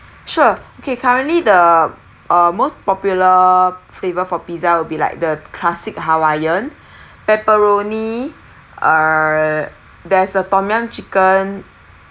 sure okay currently the uh most popular flavour for pizza will be like the classic hawaiian pepperoni err there's a tom yum chicken